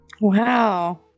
Wow